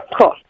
Cool